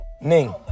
Ning